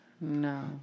No